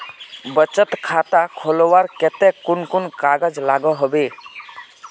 बचत खाता खोलवार केते कुन कुन कागज लागोहो होबे?